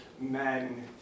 men